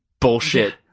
bullshit